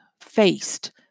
faced